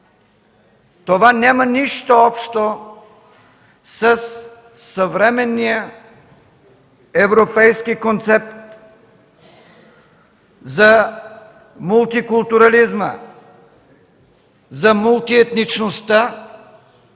Това няма нищо общо със съвременния европейска концепция за мултикултурализма, за мултиетничността